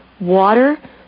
water